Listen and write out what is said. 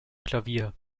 klavier